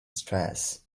stress